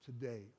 today